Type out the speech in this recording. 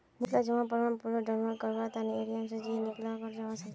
बहुतला जमा प्रमाणपत्र डाउनलोड करवार तने एटीएमत भी जयं निकलाल जवा सकछे